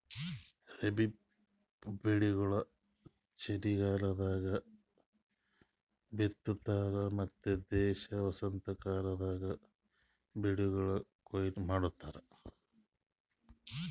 ರಬ್ಬಿ ಬೆಳಿಗೊಳ್ ಚಲಿಗಾಲದಾಗ್ ಬಿತ್ತತಾರ್ ಮತ್ತ ದೇಶದ ವಸಂತಕಾಲ ಬಂದಾಗ್ ಬೆಳಿಗೊಳಿಗ್ ಕೊಯ್ಲಿ ಮಾಡ್ತಾರ್